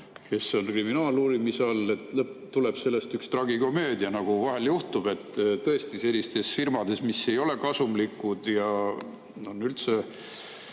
kes on kriminaaluurimise all, ja tuleb sellest üks tragikomöödia, nagu vahel juhtub, et tõesti, sellistes firmades, mis ei ole kasumlikud ja on üldse